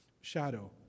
shadow